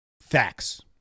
Facts